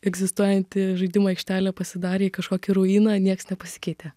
egzistuojanti žaidimų aikštelė pasidarė į kažkokį ruiną nieks nepasikeitė